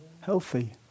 healthy